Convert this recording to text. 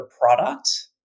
product